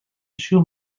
shoe